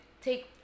take